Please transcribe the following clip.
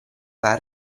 alla